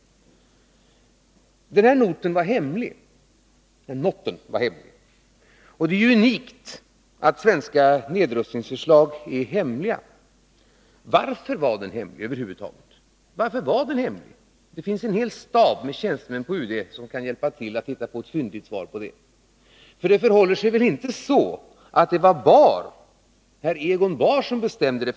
Den omtalade noten var alltså hemlig, och det är ju unikt att svenska nedrustningsförslag är hemliga. Varför var den då hemlig? Det finns en hel stab tjänstemän på UD som kan hjälpa till att hitta på ett fyndigt svar på det. Det förhåller sig väl ändå inte så att Egon Bahr bestämde det?